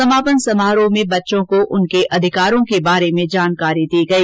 समापन समारोह में बच्चों को उनके अधिकारों के बारे में जानकारी दी गई